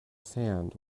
sand